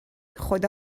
خدا